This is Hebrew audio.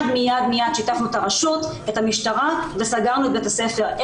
מיד שיתפנו את הרשות ואת המשטרה וסגרנו את בית הספר.